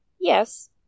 Yes